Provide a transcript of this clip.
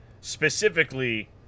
specifically